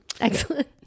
excellent